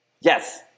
Yes